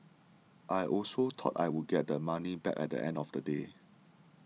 I also thought I would get the money back at the end of the day